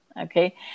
okay